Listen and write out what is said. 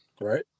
Right